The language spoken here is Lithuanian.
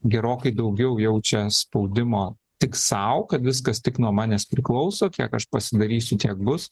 gerokai daugiau jaučia spaudimo tik sau kad viskas tik nuo manęs priklauso kiek aš pasidarysiu tiek bus